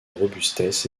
robustesse